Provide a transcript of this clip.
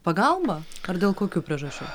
pagalbą ar dėl kokių priežasčių